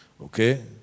Okay